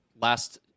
Last